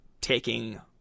taking